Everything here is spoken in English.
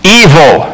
evil